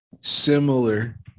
similar